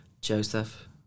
Joseph